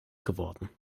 geworden